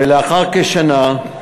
ולאחר כשנה,